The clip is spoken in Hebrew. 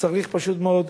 וצריך פשוט מאוד,